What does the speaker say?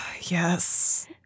Yes